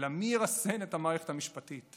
אלא מי ירסן את המערכת המשפטית.